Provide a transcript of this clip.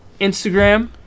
Instagram